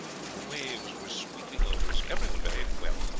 and the waves were sweeping over us. everyone behaved well.